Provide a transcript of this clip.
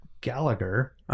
gallagher